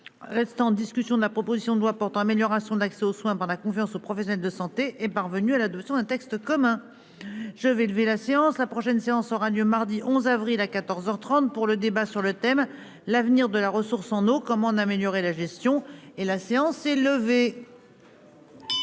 restant en discussion de la proposition de loi portant amélioration de l'accès aux soins par la couvert ce professionnel de santé est parvenu à la 200 un texte commun. Je vais lever la séance. La prochaine séance aura lieu mardi 11 avril à 14h 30 pour le débat sur le thème l'avenir de la ressource en eau, comment améliorer la gestion. Et la séance est levée.